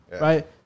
right